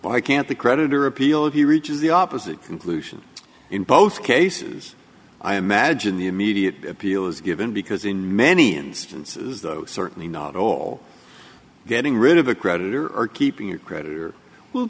why can't the creditor appeal if he reaches the opposite conclusion in both cases i imagine the immediate appeal is given because in many instances though certainly not all getting rid of a creditor or keeping your creditor will